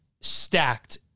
stacked